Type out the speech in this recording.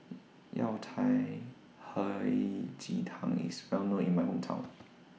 Yao Cai Hei Ji Tang IS Well known in My Hometown